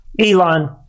Elon